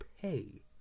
pay